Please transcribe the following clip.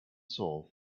soul